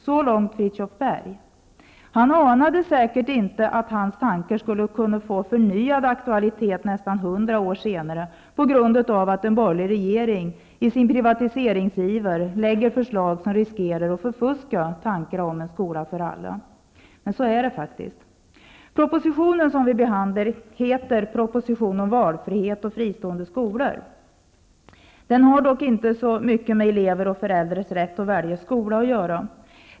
Så långt Fridtjuv Berg. Han anade säkert inte att hans tankar skulle få förnyad aktualitet nästan 100 år senare, på grund av att en borgerlig regering i sin privatiseringsiver lägger förslag som riskerar att förfuska tankarna om en skola för alla. Men så är det. Den proposition som vi behandlar heter Proposition om valfrihet och fristående skolor. Den har dock inte så mycket att göra med elevers och föräldrars rätt att välja skola.